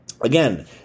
again